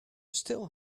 still